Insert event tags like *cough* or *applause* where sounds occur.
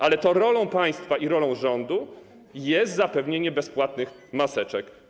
Ale to rolą państwa i rolą rządu jest *noise* zapewnienie bezpłatnych maseczek.